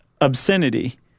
obscenity